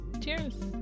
Cheers